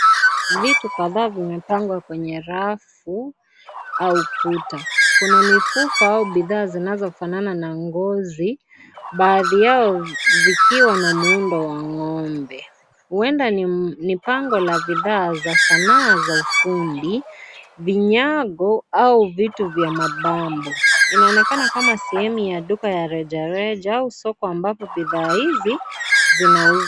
Vitu kadhaa vimepangwa kwenye rafu au ukuta, kuna mifuko au bidhaa zinazofanana na ngozi baadhi yao zikiwa na muundo wa ngombe . Huenda ni pango la bidhaa za sanaa za ufundi, vinyango au vitu vya mababu . Inaonekana kama sehemu ya duka ya rejareja au soko ambapo bidhaa hizi zinauzwa.